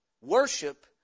Worship